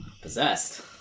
Possessed